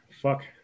Fuck